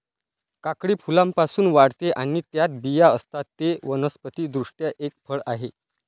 काकडी फुलांपासून वाढते आणि त्यात बिया असतात, ते वनस्पति दृष्ट्या एक फळ आहे